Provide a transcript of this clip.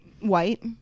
White